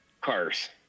cars